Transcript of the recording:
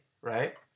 right